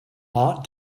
art